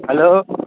hello